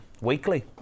weekly